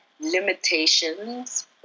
limitations